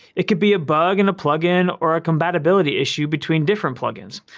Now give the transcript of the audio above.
it could be a bug in the plugin or a compatibility issue between different plugins.